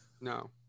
No